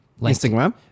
Instagram